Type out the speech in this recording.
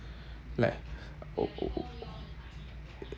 like or or or